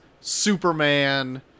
Superman